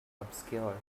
obscure